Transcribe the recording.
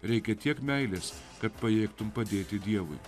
reikia tiek meilės kad pajėgtum padėti dievui